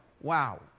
Wow